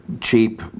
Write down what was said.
cheap